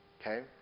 okay